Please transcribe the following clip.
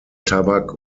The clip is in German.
tabak